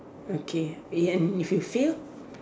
okay and if you fail